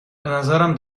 بنظرم